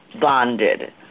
bonded